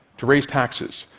to raise taxes,